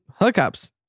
hookups